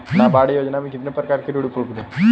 नाबार्ड योजना में कितने प्रकार के ऋण उपलब्ध हैं?